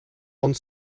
ond